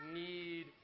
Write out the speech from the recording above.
need